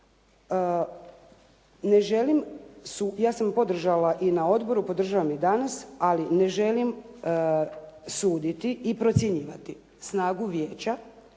Ne želim, ja sam podržala i na odboru, podržavam i danas, ali ne želim suditi i procjenjivati snagu vijeća,